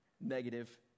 negative